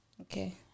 okay